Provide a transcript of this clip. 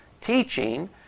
teaching